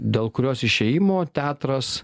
dėl kurios išėjimo teatras